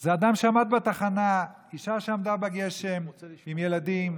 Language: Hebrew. זה אדם שעמד בתחנה, אישה שעמדה בגשם עם ילדים,